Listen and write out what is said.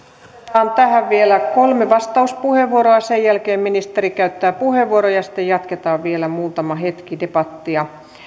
otetaan tähän vielä kolme vastauspuheenvuoroa sen jälkeen ministeri käyttää puheenvuoron ja sitten jatketaan vielä muutama hetki debattia